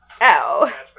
ow